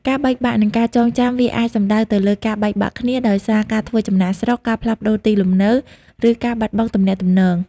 ការបែកបាក់ និងការចងចាំវាអាចសំដៅទៅលើ ការបែកបាក់គ្នា ដោយសារការធ្វើចំណាកស្រុក ការផ្លាស់ប្ដូរទីលំនៅ ឬការបាត់បង់ទំនាក់ទំនង។